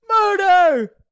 Murder